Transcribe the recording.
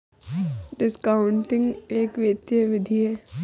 discounting एक वित्तीय विधि है